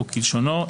וכלשונו,